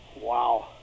Wow